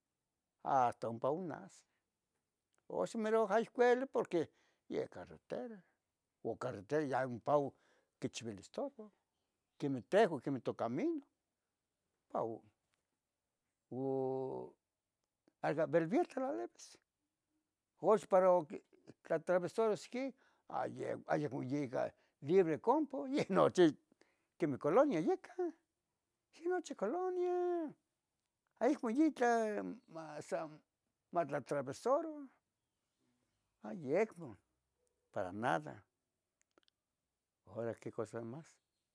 hasta ompa onahsi. Oxan mero aycueli porque ye carretera, oh carretera ya ompau quichiuilis estorbo quemen tehuan quemen tocamino pao tlalivis ox para tlatravesaroqui ayecmo libre ic ompo yi nochi quemeh colonia yecan, yih nochi colonia aihmo itla mas amo matlatravesuro ayecmon para nada. hora que cosa màs.